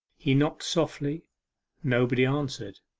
he knocked softly nobody answered.